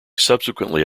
subsequently